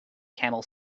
camel